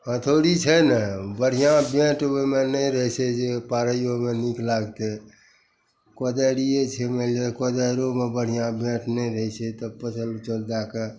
हथौड़ी छै ने बढ़िआँ बेण्ट ओइमे नहि रहय छै जे पारैयोमे नीक लागतय कोदारिये छै मानि लिअ कोदारियोमे बढ़िआँ बेण्ट नहि रहय छै तऽ पच्चर उच्चर दए कऽ